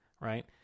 right